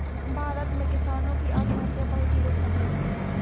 भारत में किसानों की आत्महत्या बहुत ही दुखद है